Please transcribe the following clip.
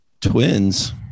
twins